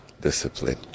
discipline